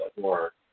more